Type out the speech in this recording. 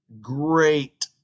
great